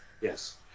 Yes